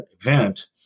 event